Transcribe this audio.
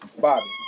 Bobby